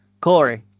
Corey